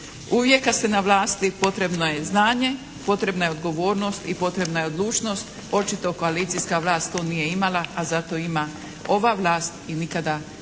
uvijek kada ste na vlasti potrebno je znanje, potrebna je odgovornost i potrebna je odlučnost. Očito koalicijska vlast to nije imala, a zato ima ova vlast i nikada nije